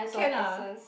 can ah